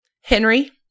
Henry